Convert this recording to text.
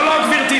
לא, לא, גברתי.